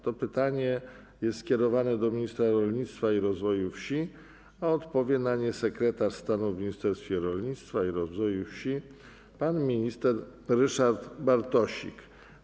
To pytanie jest skierowane do ministra rolnictwa i rozwoju wsi, a odpowie na nie sekretarz stanu w Ministerstwie Rolnictwa i Rozwoju Wsi pan minister Ryszard Bartosik.